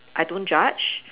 I don't judge